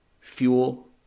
fuel